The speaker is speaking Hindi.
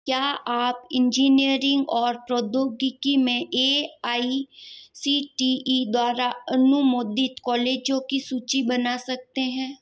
क्या आप इंजीनियरिंग और प्रौद्योगिकी में A I C T E द्वारा अनुमोदित कॉलेजों की सूची बना सकते हैं